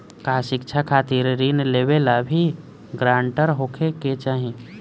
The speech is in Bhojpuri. का शिक्षा खातिर ऋण लेवेला भी ग्रानटर होखे के चाही?